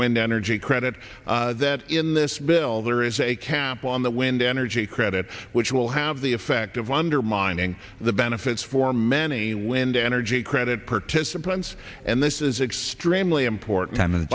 wind energy credit that in this bill there is a cap on the wind energy credit which will have the effect of undermining the benefits for many wind energy credit participants and this is extremely important